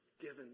given